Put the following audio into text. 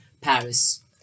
Paris